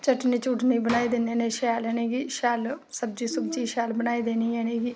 चटनी बनाई दिन्ने होने शैल इनेंगी सब्ज़ी शैल बनाई देनी इनेंगी